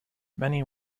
many